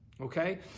Okay